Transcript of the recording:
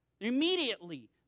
Immediately